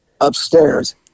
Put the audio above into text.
upstairs